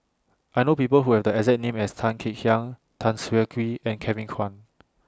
I know People Who Have The exact name as Tan Kek Hiang Tan Siah Kwee and Kevin Kwan